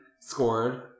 scored